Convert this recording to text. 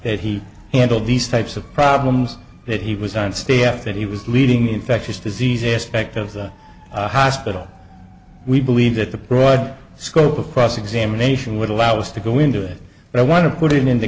that he handled these types of problems that he was on staff that he was leading infectious disease aspect of the hospital we believe that the broad scope of cross examination would allow us to go into it but i want to put it in